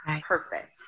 perfect